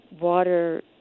water